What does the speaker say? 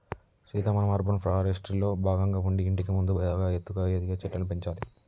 సీత మనం అర్బన్ ఫారెస్ట్రీలో భాగంగా ఉండి ఇంటికి ముందు బాగా ఎత్తుగా ఎదిగే చెట్లను పెంచాలి